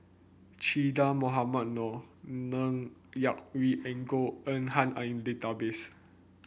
Che Dah Mohamed Noor Ng Yak Whee and Goh Eng Han are in database